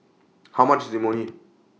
How much IS Imoni